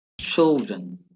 Children